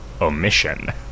omission